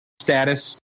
status